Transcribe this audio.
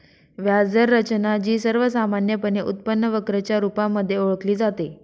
व्याज दर रचना, जी सर्वसामान्यपणे उत्पन्न वक्र च्या रुपामध्ये ओळखली जाते